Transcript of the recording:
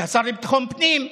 שהשר לביטחון הפנים,